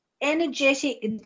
energetic